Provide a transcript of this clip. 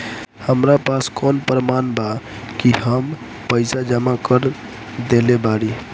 हमरा पास कौन प्रमाण बा कि हम पईसा जमा कर देली बारी?